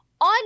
on